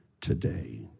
today